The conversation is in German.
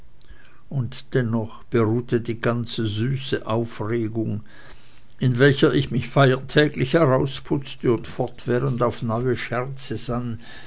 und dennoch beruhte die ganze süße aufregung in welcher ich mich feiertäglich herausputzte und fortwährend auf neue scherze sann